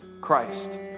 Christ